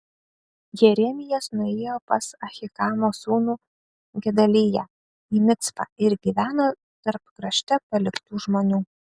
jeremijas nuėjo pas ahikamo sūnų gedaliją į micpą ir gyveno tarp krašte paliktų žmonių